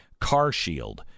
CarShield